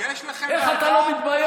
איך אתה לא מתבייש?